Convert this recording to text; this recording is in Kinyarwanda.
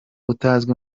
utazwi